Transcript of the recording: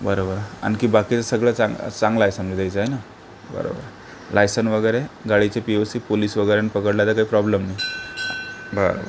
बरं बरं आणखी बाकीचं सगळं चांगलं चांगलं आहे सांगायचं इथे आहे ना बरोबर लायसन वगैरे गाडीची पि यू सी पोलीस वगैरेेंनी पकडलं तर काही प्रॉब्लेम नाही बरं